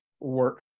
work